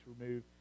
remove